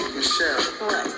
Michelle